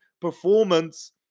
performance